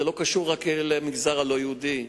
זה לא קשור רק למגזר הלא-יהודי.